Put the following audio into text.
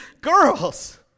girls